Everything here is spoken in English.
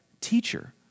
Teacher